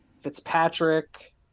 Fitzpatrick